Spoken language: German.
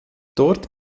dort